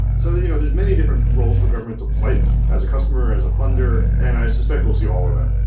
so you know there's many different roles for government to play as a customer, as a funder, and i suspect we'll see all of that.